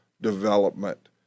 development